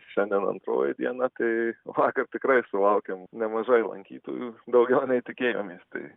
šiandien antroji diena kai vakar tikrai sulaukėm nemažai lankytojų daugiau nei tikėjomės tai